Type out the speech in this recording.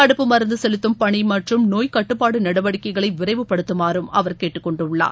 தடுப்பு மருந்து செலுத்தும் பணி மற்றும் நோய் கட்டுப்பாடு நடவடிக்கைகளை விரைவுப்படுத்தமாறும் அவர் கேட்டுக்கொண்டுள்ளார்